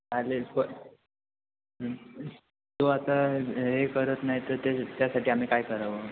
चालेल पो तो आता हे करत नाही तर ते त्यासाठी आम्ही काय करावं